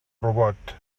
robot